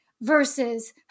versus